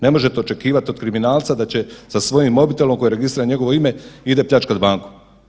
Ne možete očekivat od kriminalca da će sa svojim mobitelom koji je registriran na njegovo ime, ide pljačkat banku.